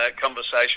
conversation